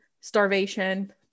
starvation